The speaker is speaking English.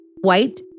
white